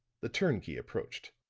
the turnkey approached.